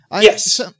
Yes